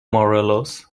challenge